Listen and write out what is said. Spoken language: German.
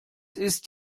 ist